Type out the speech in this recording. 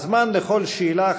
הזמן לכל שאלה,